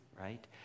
right